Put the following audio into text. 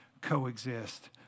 coexist